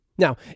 Now